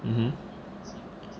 mmhmm